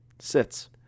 Sits